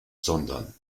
sondern